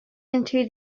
into